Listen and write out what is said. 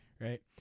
Right